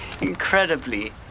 incredibly